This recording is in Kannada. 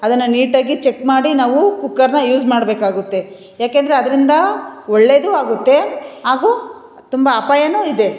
ಅದನ್ನು ನೀಟಾಗಿ ಚೆಕ್ ಮಾಡಿ ನಾವು ಕುಕ್ಕರನ್ನ ಯೂಸ್ ಮಾಡಬೇಕಾಗುತ್ತೆ ಯಾಕೆಂದರೆ ಅದರಿಂದ ಒಳ್ಳೆಯದೂ ಆಗುತ್ತೆ ಹಾಗೂ ತುಂಬ ಅಪಾಯನೂ ಇದೆ